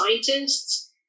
scientists